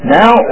now